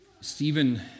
Stephen